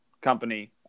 company